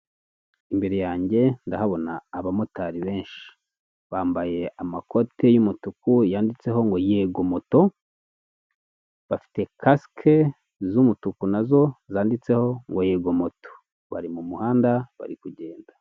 Imbere yanjye ndahabona abamotari benshi, bambaye amakote y'umutuku yanditseho ngo yego moto, bafite kasike z'umutuku nazo zanditseho ngo yego moto, bari mu muhanda bari kugenda.